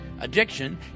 Addiction